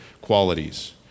qualities